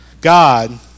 God